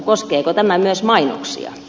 koskeeko tämä myös mainoksia